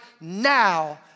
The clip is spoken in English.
now